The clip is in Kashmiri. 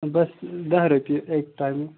بَس دَہ رۄپیہِ اَکہِ ٹایمہٕ